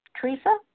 Teresa